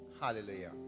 Hallelujah